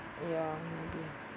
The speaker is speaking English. ya maybe